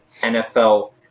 nfl